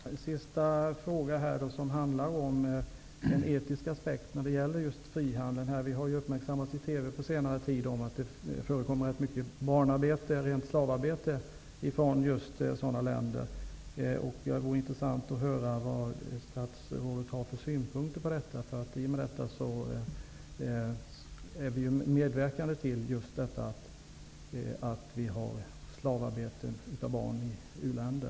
Herr talman! Jag har en sista fråga som gäller den etiska aspekten på frihandeln. Vi har i TV på senare tid gjorts uppmärksamma på att det förekommer ganska mycket barnarbete -- rent slavarbete -- i just sådana länder. Det vore intressant att höra vad statsrådet har för synpunkter på detta. Vi medverkar på detta sätt indirekt till slavarbete för barn i u-länder.